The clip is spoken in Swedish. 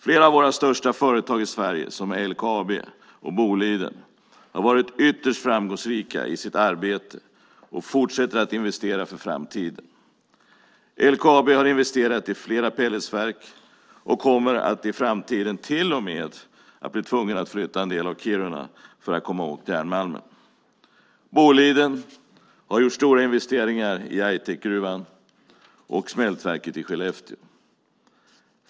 Flera av våra största företag i Sverige som LKAB och Boliden har varit ytterst framgångsrika i sitt arbete och fortsätter att investera för framtiden. LKAB har investerat i flera pelletsverk och kommer att i framtiden till och med bli tvungna att flytta en del av Kiruna för att komma åt järnmalmen. Boliden har gjort stora investeringar i Aitikgruvan och smältverket i Skellefteå.